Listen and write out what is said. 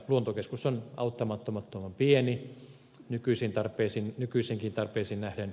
luontokeskus on auttamattoman pieni nykyisiinkin tarpeisiin nähden